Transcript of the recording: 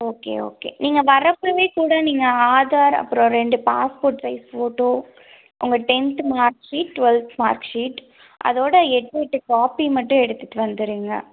okay okay நீங்கள் வரப்போவே கூட நீங்கள் ஆதார் அப்புறம் ரெண்டு பாஸ்போர்ட் சைஸ் ஃபோட்டோ உங்கள் tenth mark sheet twelfth mark sheet அதோடு எட்டெட்டு காபி மட்டும் எடுத்துகிட்டு வந்துடுங்க